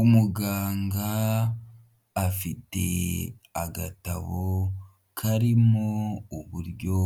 Umuganga afite agatabo karimo uburyo